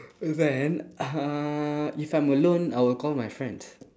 then uh if I'm alone I will call my friends